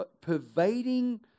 pervading